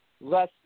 less